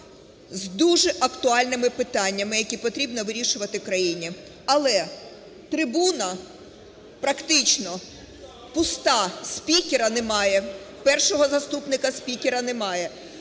з дуже актуальними питаннями, які потрібно вирішувати країні. Але трибуна практично пуста, спікера немає, Першого заступника спікера немає,